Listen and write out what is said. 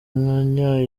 umunya